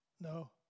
No